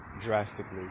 drastically